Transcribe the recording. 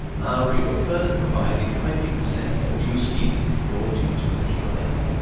maori were further provided twenty percent of new species brought into the qms.